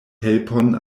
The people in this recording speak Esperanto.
helpon